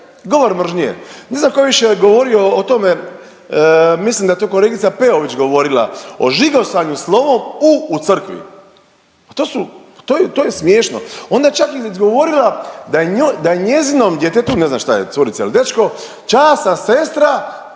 govor mržnje. Ne znam ko je više govorio o tome, mislim da je to kolegica Peović govorila o žigosanju slovom U u crkvi. Pa to su, pa to je, to je smiješno. Onda je čak i govorila da je njezinom djetetu, ne znam šta je, curica ili dečko, časna sestra